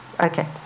okay